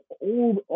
old